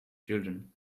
children